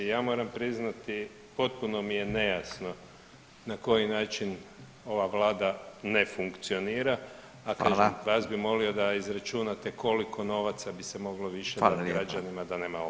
Ja moram priznati potpuno mi je nejasno na koji način ova Vlada ne funkcionira a kažem, vas bi molio da izračunate koliko novaca bi se moglo više … građanima da nema ovog